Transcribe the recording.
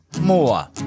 more